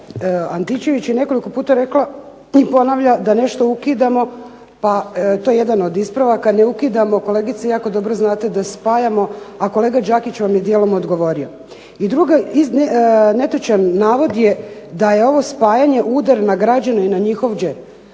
Antičević je nekoliko puta rekla i ponavlja da nešto ukidamo, pa to je jedan od ispravaka. Ne ukidamo kolegice jako dobro znate da spajamo. A kolega Đakić vam je dijelom odgovorio. I drugi netočan navod je da je ovo spajanje udar na građane i na njihov